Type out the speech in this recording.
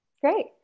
Great